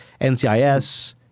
NCIS